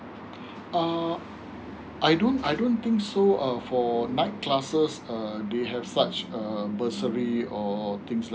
um I don't I don't think so uh for night classes um they have such a bursary or things like